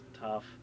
tough